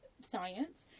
science